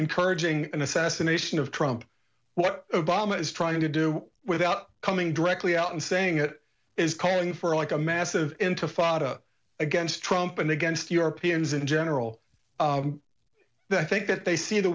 encouraging an assassination of trump what obama is trying to do without coming directly out and saying it is calling for a like a massive intifada against trump and against europeans in general i think that they see the